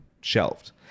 shelved